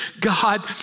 God